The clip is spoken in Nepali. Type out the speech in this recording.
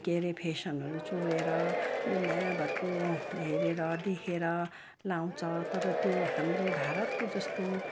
के अरे फेसनहरू चोरेर दुनियाभरिको हेरेर देखेर लगाउँछ तर त्यो हाम्रो भारतको जस्तो फेसन त